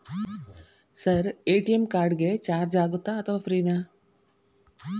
Sir ATM card ಗೆ charge ಆಗುತ್ತಾ ಅಥವಾ ಫ್ರೇ ನಾ?